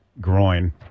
groin